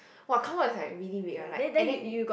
!wah! come out is like really red one like and then